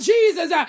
Jesus